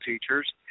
teachers